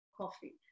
coffee